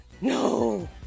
No